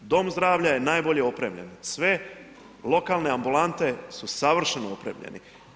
Dom zdravlja je najbolje opremljen, sve lokalne ambulante su savršeno opremljeni.